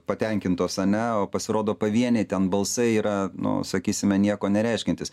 patenkintos ane o pasirodo pavieniai ten balsai yra nu sakysime nieko nereiškiantys